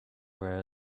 were